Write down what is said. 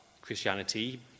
Christianity